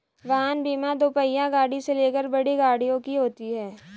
वाहन बीमा दोपहिया गाड़ी से लेकर बड़ी गाड़ियों की होती है